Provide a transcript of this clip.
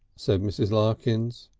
said mrs. larkins.